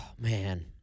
man